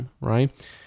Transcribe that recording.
right